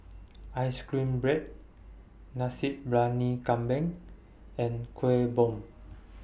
Ice Cream Bread Nasi Briyani Kambing and Kuih Bom